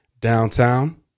downtown